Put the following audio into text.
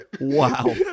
Wow